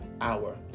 Hour